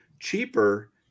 cheaper